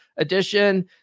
edition